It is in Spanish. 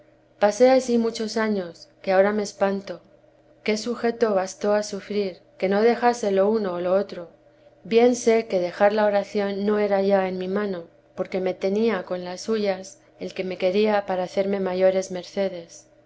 pasé ansí muchos años que ahora me espanto qué sujeto bastó a sufrir que no dejase lo uno u lo otro bien sé que dejar la oración no era ya en mi mano porque me tenía con las suyas el que me quería para hacerme mayores mccedes